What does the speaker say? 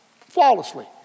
flawlessly